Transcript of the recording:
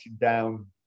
down